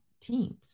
teams